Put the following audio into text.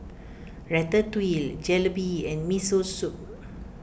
Ratatouille Jalebi and Miso Soup